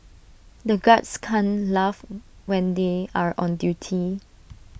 the guards can't laugh when they are on duty